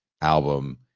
album